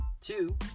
two